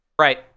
Right